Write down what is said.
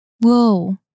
whoa